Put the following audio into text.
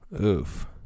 Oof